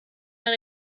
mehr